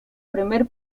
primer